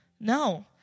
No